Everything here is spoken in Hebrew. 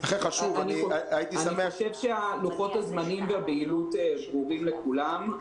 אני חושב שלוחות הזמנים והבהילות ברורים לכולם.